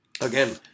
Again